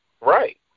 right